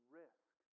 risk